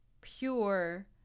pure